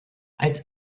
als